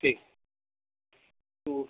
ठीक तो